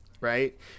right